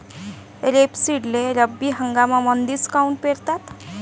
रेपसीडले रब्बी हंगामामंदीच काऊन पेरतात?